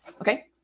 okay